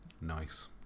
Nice